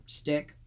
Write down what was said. stick